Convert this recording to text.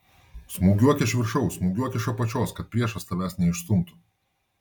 smūgiuok iš viršaus smūgiuok iš apačios kad priešas tavęs neišstumtų